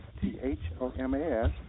T-H-O-M-A-S